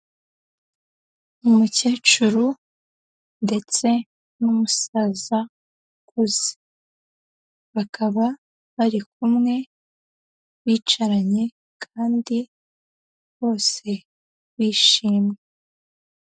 Umukecuru ndetse n'umusaza ukuze, bakaba bari kumwe bicaranye kandi bose bishimye.